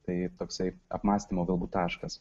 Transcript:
tai toksai apmąstymo galbūt taškas